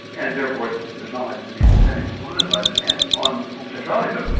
and therefore there's not likely to be an incentive to politicise it. and on homosexuality, though,